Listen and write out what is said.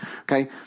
Okay